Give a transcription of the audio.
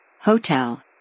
Hotel